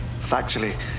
Factually